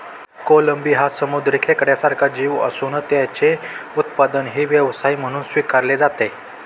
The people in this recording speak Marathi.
कोळंबी हा समुद्री खेकड्यासारखा जीव असून त्याचे उत्पादनही व्यवसाय म्हणून स्वीकारले जाते